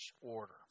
order